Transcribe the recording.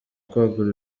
kwagura